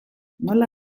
nola